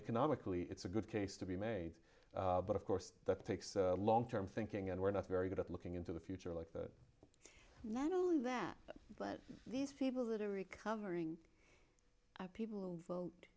economically it's a good case to be made but of course that takes a long term thinking and we're not very good at looking into the future like that not only that but these people that are recovering people